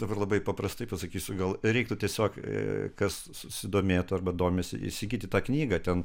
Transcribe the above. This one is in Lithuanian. dabar labai paprastai pasakysiu gal reiktų tiesiog kas susidomėtų arba domisi įsigyti tą knygą ten